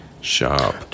sharp